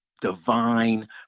divine